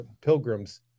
pilgrims